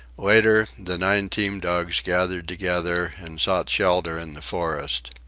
later, the nine team-dogs gathered together and sought shelter in the forest.